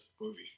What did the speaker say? movie